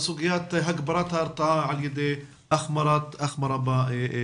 לסוגיית הגברת ההרתעה על ידי החמרת העונשים.